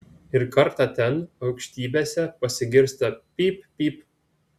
ir kartą ten aukštybėse pasigirsta pyp pyp